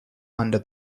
under